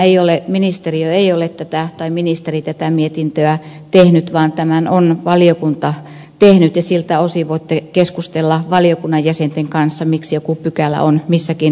ministeriö tai ministeri ei ole tätä mietintöä tehnyt vaan tämän on valiokunta tehnyt ja siltä osin voitte keskustella valiokunnan jäsenten kanssa miksi joku pykälä on missäkin muodossa